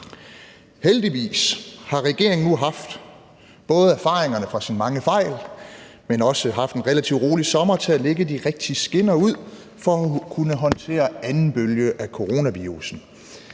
Heldigvis har regeringen nu haft både erfaringerne fra sine mange fejl, men også en relativt rolig sommer til at lægge de rigtige skinner ud for at kunne håndtere anden bølge af coronavirussen.